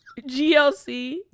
GLC